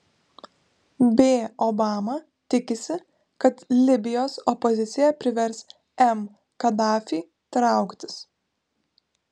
b obama tikisi kad libijos opozicija privers m kadafį trauktis